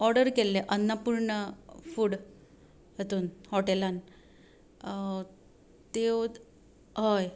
order केल्ले Annapurna food हातून हॉटेलांत त्यो हय